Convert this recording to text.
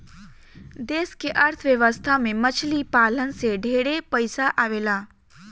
देश के अर्थ व्यवस्था में मछली पालन से ढेरे पइसा आवेला